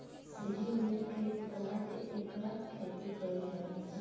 सीढ़ी नियर खेत बना के एकर खेती कइल जाला